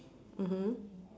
mmhmm